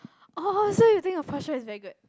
oh so you think your posture is very good